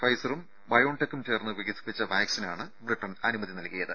ഫൈസറും ബയോൺടെകും ചേർന്ന് വികസിപ്പിച്ച വാക്സിനാണ് ബ്രിട്ടൺ അനുമതി നൽകിയത്